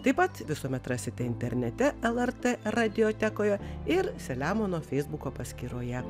taip pat visuomet rasite internete lrt radiotekoje ir selemono feisbuko paskyroje